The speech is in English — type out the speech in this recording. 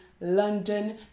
London